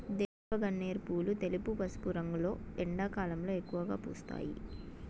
దేవగన్నేరు పూలు తెలుపు, పసుపు రంగులో ఎండాకాలంలో ఎక్కువగా పూస్తాయి